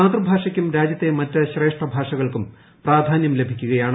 മാതൃഭാഷയ്ക്കും രാജ്യത്തെ മറ്റ് ശ്രേഷ്ഠഭാഷകൾക്കും പ്രാധാന്യം ലഭിക്കുകയാണ്